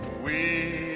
we